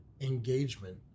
engagement